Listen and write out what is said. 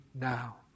now